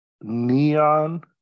neon